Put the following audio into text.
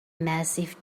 massive